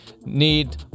need